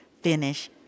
finish